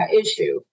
issue